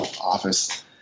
office